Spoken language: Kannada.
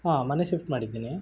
ಹಾಂ ಮನೆ ಶಿಫ್ಟ್ ಮಾಡಿದ್ದೀನಿ